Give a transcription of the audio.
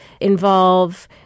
involve